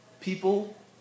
People